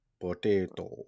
Potato